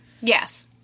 Yes